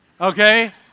okay